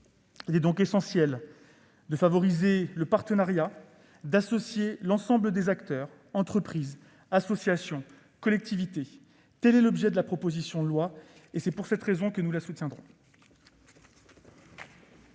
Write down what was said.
Il est donc essentiel de favoriser le partenariat et d'associer l'ensemble des acteurs : entreprises, associations, collectivités territoriales. Tel est l'objet de la proposition de loi, et c'est la raison pour laquelle nous la soutiendrons.